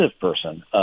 person